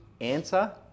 answer